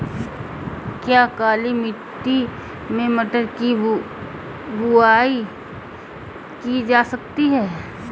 क्या काली मिट्टी में मटर की बुआई की जा सकती है?